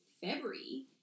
February